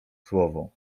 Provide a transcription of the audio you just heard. słowo